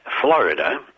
Florida